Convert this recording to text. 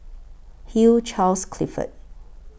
Hugh Charles Clifford